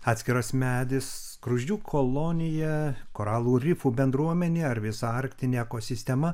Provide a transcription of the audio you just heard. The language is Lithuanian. atskiras medis skruzdžių kolonija koralų rifų bendruomenė ar visa arktinė ekosistema